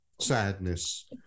sadness